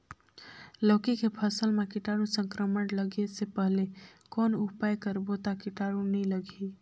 लौकी के फसल मां कीटाणु संक्रमण लगे से पहले कौन उपाय करबो ता कीटाणु नी लगही?